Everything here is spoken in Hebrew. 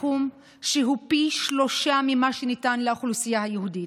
סכום שהוא פי שלושה ממה שניתן לאוכלוסייה היהודית.